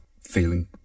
feeling